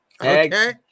Okay